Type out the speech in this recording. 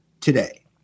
today